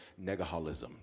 negaholism